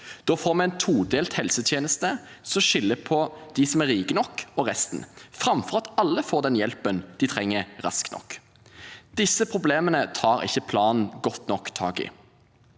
Da får vi en todelt helsetjeneste, som skiller mellom dem som er rike nok, og resten, framfor at alle får den hjelpen de trenger, raskt nok. Disse problemene tar ikke planen godt nok tak i.